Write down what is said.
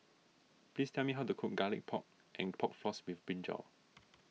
please tell me how to cook Garlic Pork and Pork Floss with Brinjal